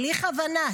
בלי כוונה.